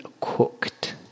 cooked